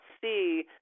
see